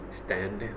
stand